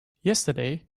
yesterday